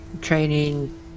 training